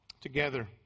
together